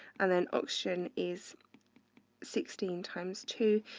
and then oxygen is sixteen times two,